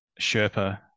Sherpa